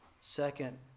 Second